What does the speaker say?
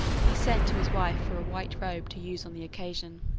he sent to his wife for a white robe to use on the occasion.